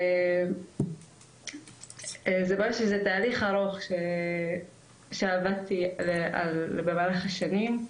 זה תהליך ארוך שעברתי במהלך השנים.